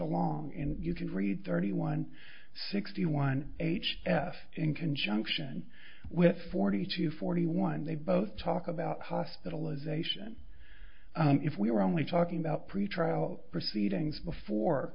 along and you can read thirty one sixty one h f in conjunction with forty to forty one they both talk about hospitalization if we're only talking about pretrial proceedings before